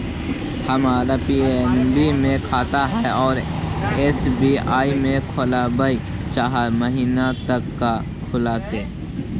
अगर हमर पी.एन.बी मे खाता है और एस.बी.आई में खोलाबल चाह महिना त का खुलतै?